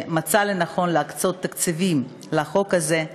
שמצא לנכון להקצות תקציבים לחוק הזה,